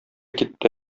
китте